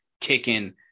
kicking